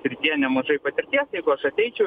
srityje nemažai patirties jeigu aš ateičiau